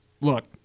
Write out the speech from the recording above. Look